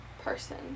person